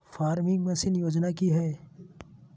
Farming machine योजना कि हैय?